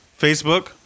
Facebook